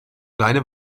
kleine